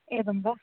एवं वा